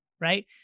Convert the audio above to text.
right